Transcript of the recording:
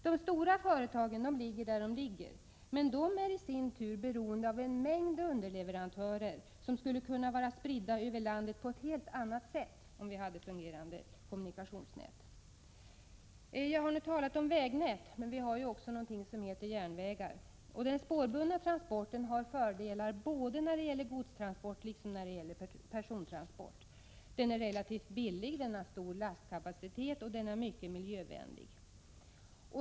De stora företagen ligger där de ligger, men de är i sin tur beroende av en mängd underleverantörer som skulle kunna vara spridda över landet på helt annat sätt, om vi hade fungerande kommunikationsnät. Jag har nu talat om vägnät, men vi har ju också någonting som heter järnvägar. Den spårbundna transporten har fördelar både när det gäller godstransport och när det gäller persontransport. Den är relativt billig, den har stor lastkapacitet och den är mycket miljövänlig.